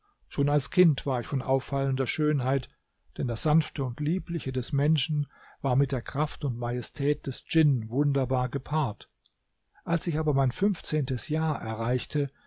schon als kind war ich von auffallender schönheit denn das sanfte und liebliche des menschen war mit der kraft und majestät des djinn wunderbar gepaart als ich aber mein fünfzehntes jahr erreichte